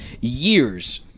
years